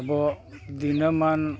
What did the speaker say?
ᱟᱵᱚ ᱫᱤᱱᱚᱢᱟᱱ